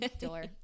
Door